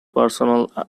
personal